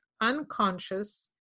unconscious